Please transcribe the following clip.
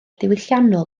diwylliannol